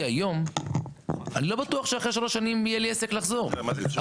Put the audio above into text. היום הם לא בטוחים שאחרי 3 שנים יהיה להם עסק לחזור אליו.